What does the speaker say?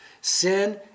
Sin